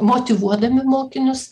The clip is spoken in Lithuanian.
motyvuodami mokinius